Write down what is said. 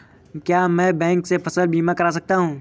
क्या मैं बैंक से फसल बीमा करा सकता हूँ?